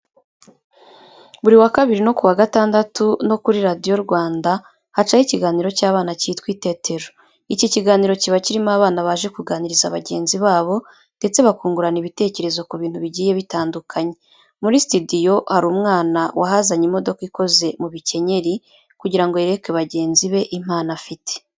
Buri wa Kabiri no ku wa Gatandatu no kuri Radiyo Rwanda hacaho ikiganiro cy'abana cyitwa Itetero. Iki kiganiro kiba kirimo abana baje kuganiriza bagenzi babo ndetse bakungurana ibitekerezo ku bintu bigiye bitandukanye. Muri sitidiyo hari umwana wahazanye imodoka ikoze mu bikenyeri kugira ngo yereke bagenzi be impano afite.